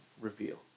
reveal